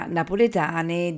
napoletane